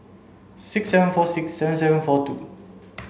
six seven four six seven seven four two